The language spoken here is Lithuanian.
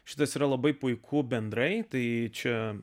šitas yra labai puiku bendrai tai čia